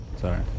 Sorry